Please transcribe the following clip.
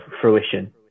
fruition